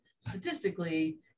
statistically